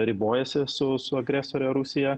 ribojasi su su agresore rusija